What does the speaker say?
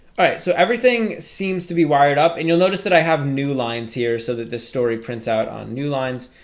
alright so everything seems to be wired up and you'll notice that i have new lines here so that this story prints out on new lines,